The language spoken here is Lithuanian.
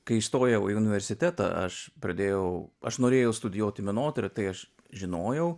kai įstojau į universitetą aš pradėjau aš norėjau studijuoti menotyrą tai aš žinojau